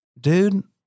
dude